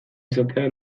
izatea